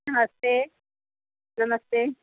नमस्ते नमस्ते